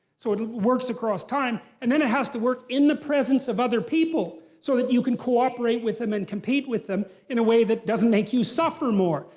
so it works across time, and then it has to work in the presence of other people so that you can cooperate with them and compete with them in a way that doesn't make you suffer more.